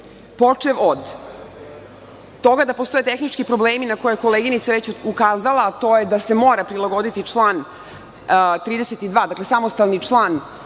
počev od toga da postoje tehnički problemi na koje je koleginica već ukazala, a to je da se mora prilagoditi član 32, samostalni član